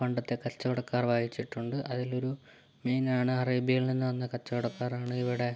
പണ്ടത്തെ കച്ചവടക്കാർ വഹിച്ചിട്ടുണ്ട് അതിലൊരു മെയിൻ ആണ് അറേബ്യയിൽ നിന്ന് വന്ന കച്ചവടക്കാറാണ് ഇവിടെ